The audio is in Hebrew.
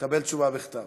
תשובה בכתב.